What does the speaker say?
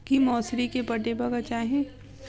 की मौसरी केँ पटेबाक चाहि?